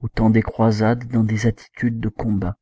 au temps des croisades dans des attitudes de combat